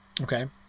Okay